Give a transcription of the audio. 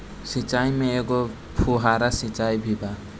सिचाई में एगो फुव्हारा सिचाई भी बा